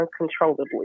uncontrollably